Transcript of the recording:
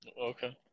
Okay